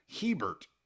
Hebert